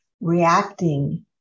reacting